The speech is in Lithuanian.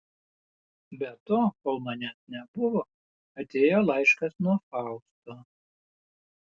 be to kol manęs nebuvo atėjo laiškas nuo fausto